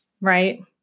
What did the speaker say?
right